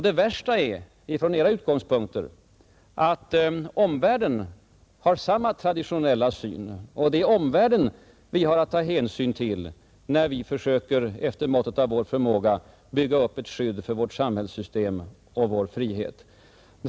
Det värsta från Era utgångspunkter torde vara att omvärlden har samma ”traditionella syn” som vi. Det är omvärlden vi har att ta hänsyn till när vi försöker att efter måttet av vår förmåga bygga upp ett skydd för vårt samhällssystem och vår frihet.